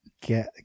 get